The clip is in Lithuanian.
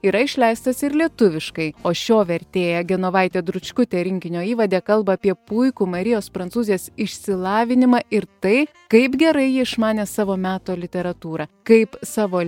yra išleistas ir lietuviškai o šio vertėja genovaitė dručkutė rinkinio įvade kalba apie puikų marijos prancūzės išsilavinimą ir tai kaip gerai ji išmanė savo meto literatūrą kaip savo